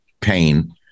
pain